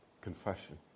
Confession